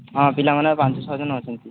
ହଁ ପିଲାମାନେ ପାଞ୍ଚ ଛଅ ଜଣ ଅଛନ୍ତି